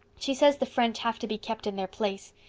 she says the french have to be kept in their place.